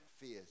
fears